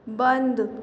बंद